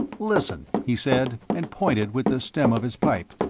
listen, he said, and pointed with the stem of his pipe.